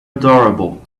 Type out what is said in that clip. adorable